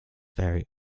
very